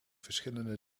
verschillende